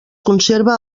conserva